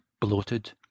bloated